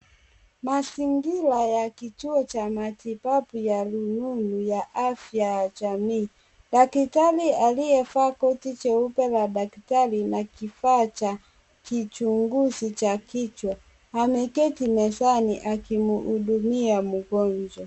Mazingira ya kituo cha matibabu ya rununu ya afya ya jamii. Daktari aliyevaa koti jeupe ya daktari na kifaa cha uchunguzi cha kichwa ameketi mezani akimhudumia mgonjwa.